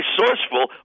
resourceful